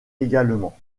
également